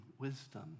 wisdom